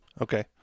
Okay